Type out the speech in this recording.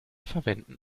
verwenden